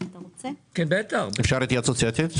מי בעד קבלת ההסתייגות?